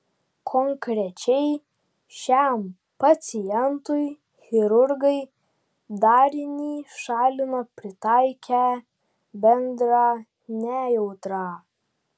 konkrečiai šiam pacientui chirurgai darinį šalino pritaikę bendrą nejautrą